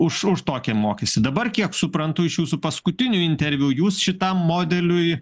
už už tokį mokestį dabar kiek suprantu iš jūsų paskutinių interviu jūs šitam modeliui